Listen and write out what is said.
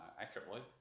accurately